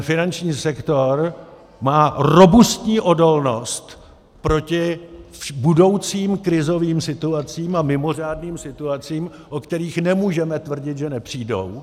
Finanční sektor má robustní odolnost proti budoucím krizovým situacím a mimořádným situacím, o kterých nemůžeme tvrdit, že nepřijdou.